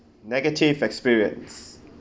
negative experience